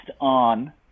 on